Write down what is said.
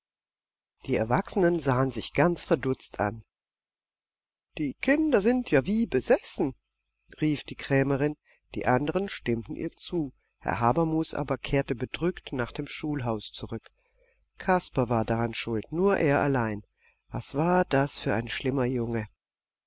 die erwachsenen sahen sich ganz verdutzt an die kinder sind ja wie besessen rief die krämerin die andern stimmten ihr zu herr habermus aber kehrte bedrückt nach dem schulhaus zurück kasper war daran schuld nur er allein was war das für ein schlimmer junge